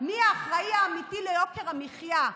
מי האחראי האמיתי ליוקר המחיה,